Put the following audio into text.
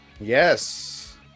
Yes